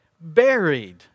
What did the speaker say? buried